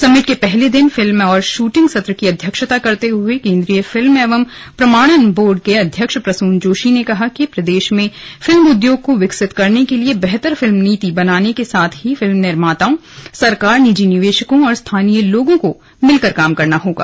summit के पहले दिन फिल्म और शूटिंग सत्र की अध्यक्षता करते हुए केन्द्रीय फिल्म एवं प्रमाणन बोर्ड के अध्यक्ष प्रसून जोशी ने कहा कि प्रदेश में फिल्म उद्योग को विकसित करने के लिए बेहतर फिल्म नीति बनाने के साथ ही फिल्म निर्माताओं सरकार निजी निवेशकों और स्थानीय लोगो को मिलकर कार्य करना होगा